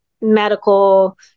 medical